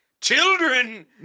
Children